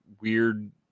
weird